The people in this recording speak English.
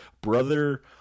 Brother